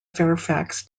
fairfax